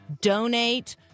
donate